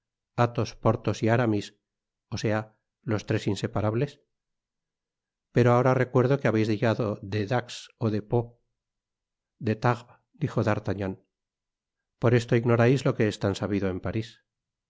athos porthos y aramis ó sea los tres inseparables pero ahora recuerdo que habeis llegado de dax ó de pau de tarbes dijo dartagnan por esto ignorais lo que es tan sabido en paris a